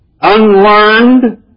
unlearned